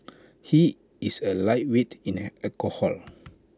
he is A lightweight in alcohol